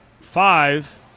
five